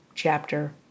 chapter